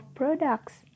products